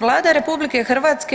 Vlada RH